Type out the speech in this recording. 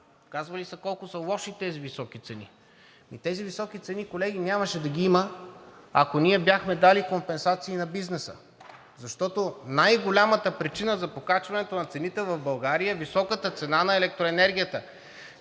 Казвали са колко са лоши тези високи цени. Тези високи цени, колеги, нямаше да ги има, ако ние бяхме дали компенсации на бизнеса, защото най-голямата причина за покачването на цените в България е високата цена на електроенергията.